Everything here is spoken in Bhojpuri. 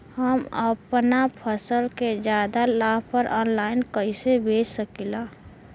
हम अपना फसल के ज्यादा लाभ पर ऑनलाइन कइसे बेच सकीला?